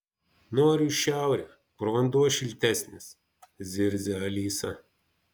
noriu į šiaurę kur vanduo šiltesnis zirzia alisa